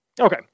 Okay